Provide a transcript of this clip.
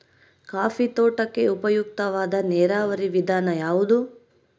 Coffee ತೋಟಕ್ಕೆ ಉಪಯುಕ್ತವಾದ ನೇರಾವರಿ ವಿಧಾನ ಯಾವುದು?